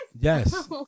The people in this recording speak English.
yes